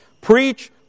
preach